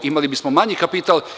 Imali bismo manji kapital.